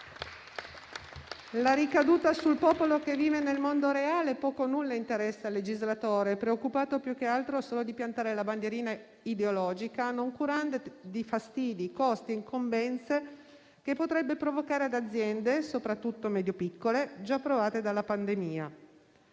la ricaduta sul popolo che vive nel mondo reale poco o nulla interessa al legislatore, preoccupato più che altro di piantare una bandierina ideologica, noncurante di fastidi, costi e incombenze che potrebbe provocare ad aziende, soprattutto medio-piccole, già provate dalla pandemia.